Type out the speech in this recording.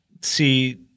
see